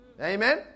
Amen